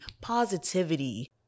positivity